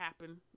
happen